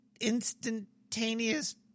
instantaneous